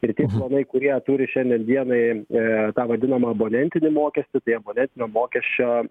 ir tik planai kurie turi šiandien dienai e tą vadinamą abonentinį mokestį tai abonentinio mokesčio